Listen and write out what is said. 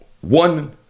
one